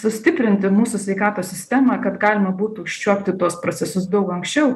sustiprinti mūsų sveikatos sistemą kad galima būtų užčiuopti tuos procesus daug anksčiau